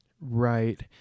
Right